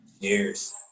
Cheers